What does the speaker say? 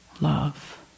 love